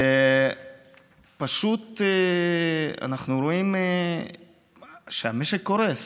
ופשוט אנחנו רואים שהמשק קורס.